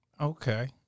Okay